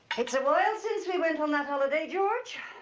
it's awhile since we went on that holiday george.